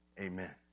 amen